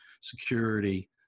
security